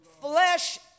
flesh